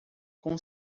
com